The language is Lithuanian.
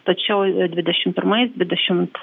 tačiau dvidešim pirmais dvidešimt